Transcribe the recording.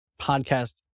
podcast